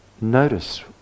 notice